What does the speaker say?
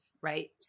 right